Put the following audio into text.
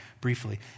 briefly